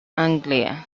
anglia